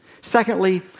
Secondly